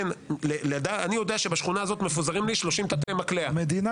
אני יודע שבשכונה הזאת מפוזרים 30 תתי מקלע --- המדינה